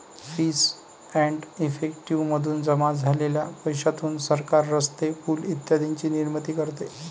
fees and effective मधून जमा झालेल्या पैशातून सरकार रस्ते, पूल इत्यादींची निर्मिती करते